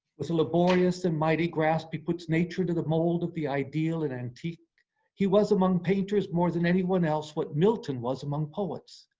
laborious and mighty grasp, he puts nature into the mould of the ideal and antique he was among painters more than any one else, what milton was among poets.